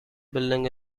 building